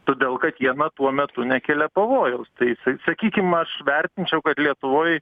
todėl kad jie na tuo metu nekelia pavojaus tai sa sakykim aš vertinčiau kad lietuvoj